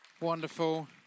Wonderful